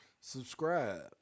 Subscribe